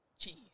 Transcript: Jeez